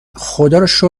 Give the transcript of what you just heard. خداروشکر